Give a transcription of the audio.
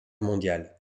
mondiale